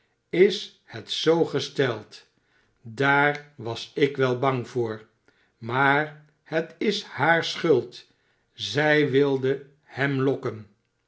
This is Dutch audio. is het zoo gesteld daar was ik wel bang voor maar het is haar schuld zij wil hem lokken